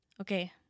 Okay